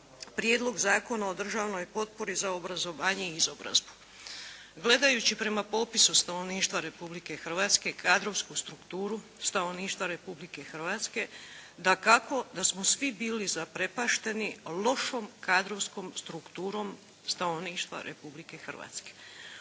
Prijedlog zakona o državnoj potpori za obrazovanje i izobrazbu. Gledajući prema popisu stanovništva Republike Hrvatske, kadrovsku strukturu stanovništva Republike Hrvatske dakako da smo svi bili zaprepašteni lošom kadrovskom strukturom stanovništva Republike Hrvatske.